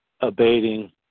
abating